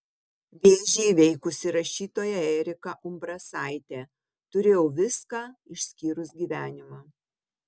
vėžį įveikusi rašytoja erika umbrasaitė turėjau viską išskyrus gyvenimą